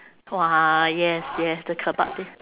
!wah! yes yes the kebab thing